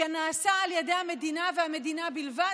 שנעשה על ידי המדינה והמדינה בלבד,